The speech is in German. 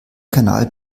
kanal